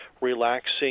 relaxing